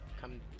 come